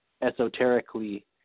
esoterically